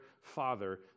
father